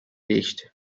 değişti